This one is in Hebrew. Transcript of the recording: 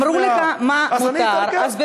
אמרו לך מה מותר, אז אני אתרגם.